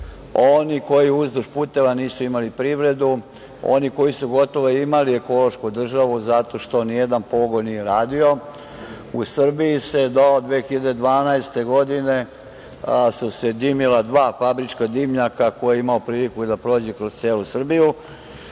oni koji nisu imali privredu, oni koji su gotovo imali ekološku državu zato što nijedan pogon nije radio, u Srbiji su se do 2012. godine dimila dva fabrička dimnjaka, ko je imao priliku da prođe kroz celu Srbiju,